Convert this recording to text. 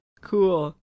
Cool